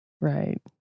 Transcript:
Right